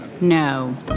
no